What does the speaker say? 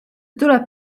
tuleb